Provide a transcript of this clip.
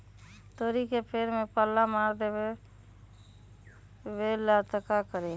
तोड़ी के पेड़ में पल्ला मार देबे ले का करी?